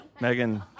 Megan